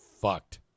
Fucked